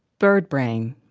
bird brain.